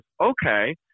okay